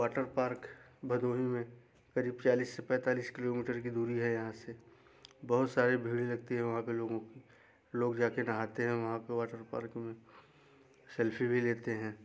water park Bhadohi में है करीब चालीस से पैंतालीस किलोमीटर की दूरी है यहाँ से बहुत सारे भीड़ लगती है वहाँ पे लोगों की लोग जाकर नहाते हैं वहाँ पर वाटर पार्क में सेल्फी भी लेते हैं